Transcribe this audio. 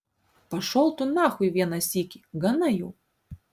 pašol tu nachui vieną sykį gana jau